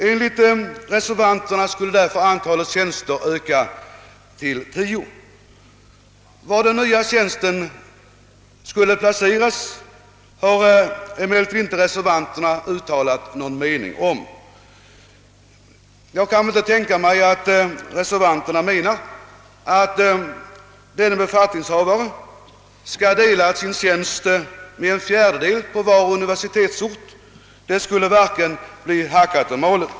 Enligt reservanterna skulle sålunda antalet tjänster ökas till 10. Var den nya tjänsten skulle placeras har reservanterna emellertid inte uttalat någon mening om. Jag kan inte tänka mig att reservanterna menat, att ifrågavarande befattningshavare skulle dela sin tjänst med en fjärdedel på varje universitetsort. Det skulle varken bli hackat eller malet.